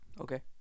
Okay